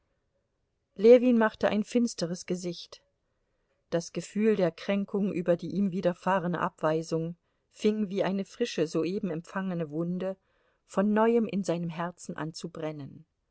ljewin machte ein finsteres gesicht das gefühl der kränkung über die ihm widerfahrene abweisung fing wie eine frische soeben empfangene wunde von neuem in seinem herzen an zu brennen